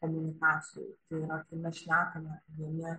komunikacijai tai yra kai mes šnekame vieni